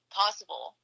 possible